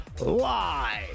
live